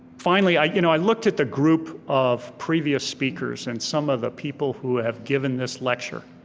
finally i you know i looked at the group of previous speakers and some of the people who have given this lecture.